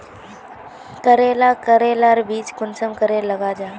करेला करेलार बीज कुंसम करे लगा जाहा?